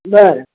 बरं